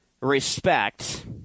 respect